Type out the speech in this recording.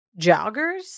joggers